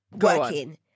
working